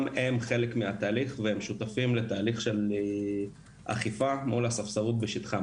גם הם חלק מהתהליך והם שותפים לתהליך של אכיפה מול הספסרות בשטחם.